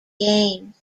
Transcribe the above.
games